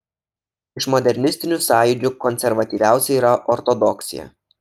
iš modernistinių sąjūdžių konservatyviausia yra ortodoksija